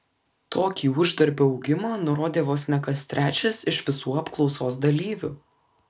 tokį uždarbio augimą nurodė vos ne kas trečias iš visų apklausos dalyvių